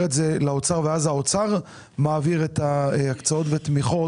את זה לאוצר ואז האוצר מעביר את ההקצאות והתמיכות.